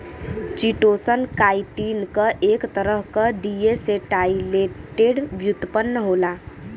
chitosan, chitin क एक तरह क डीएसेटाइलेटेड व्युत्पन्न होला